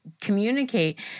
communicate